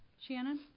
Shannon